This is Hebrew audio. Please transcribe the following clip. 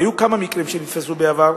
והיו כמה מקרים שנתפסו בעבר,